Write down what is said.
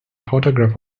photograph